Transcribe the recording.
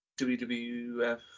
WWF